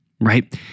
right